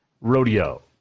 rodeo